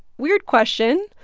weird question,